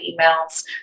emails